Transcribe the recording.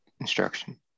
instruction